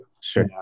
Sure